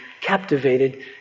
captivated